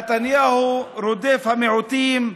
נתניהו רודף המיעוטים,